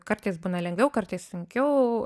kartais būna lengviau kartais sunkiau